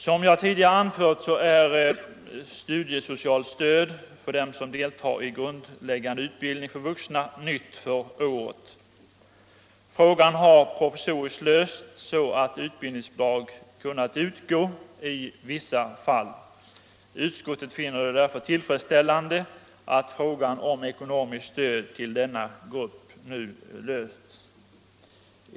Som jag tidigare anfört är studiesocialt stöd till dem som deltar i grundläggande utbildning för vuxna nytt för året. Frågan har provisoriskt lösts så att utbildningsbidrag kunnat utgå i vissa fall. Utskottet finner det därför tillfredsställande att frågan om ekonomiskt stöd till denna grupp nu lösts.